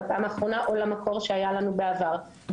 או למקור שהיה לנו בעבר.